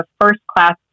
First-Class